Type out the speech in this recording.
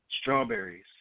strawberries